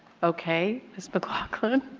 okay. ms. mclaughlin.